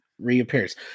reappears